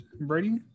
Brady